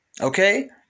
Okay